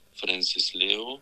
frencis leo